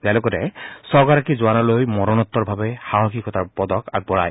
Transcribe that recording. তেওঁ লগতে ছগৰাকী জোৱানলৈ মৰণোত্তাৰভাৱে সাহসীকতাৰ পদক আগবঢ়ায়